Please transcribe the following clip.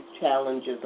challenges